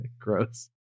Gross